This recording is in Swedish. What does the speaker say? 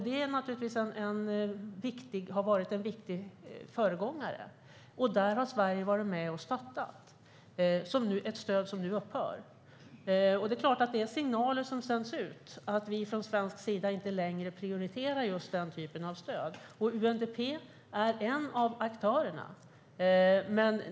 Det är naturligtvis en viktig föregångare. Där har Sverige varit med och stöttat. Det är ett stöd som nu upphör. Signaler sänds ut att vi från svensk sida inte längre prioriterar den typen av stöd. UNDP är en av aktörerna.